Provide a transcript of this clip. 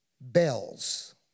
bells